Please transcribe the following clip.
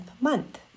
month